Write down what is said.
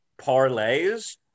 parlays